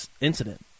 incident